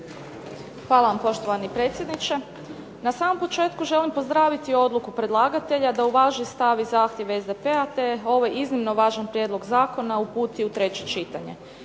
Hvala vam poštovani predsjedniče. Na samom početku želim pozdraviti odluku predlagatelja da uvaži stav i zahtjev SDP-a, te ovaj iznimno važan prijedlog zakona uputi u treće čitanje.